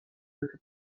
ერთი